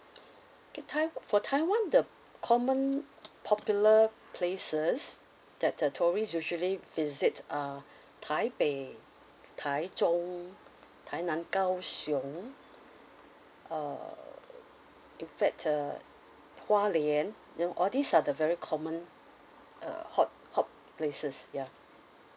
okay tai~ for taiwan the common popular places that the tourist usually visit are taipei taichung tainan kaohsiung uh in fact uh hualian know all these are the very common uh hot hot places ya